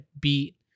beat